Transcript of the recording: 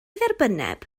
dderbynneb